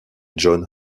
jon